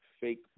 fake